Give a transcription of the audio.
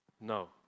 No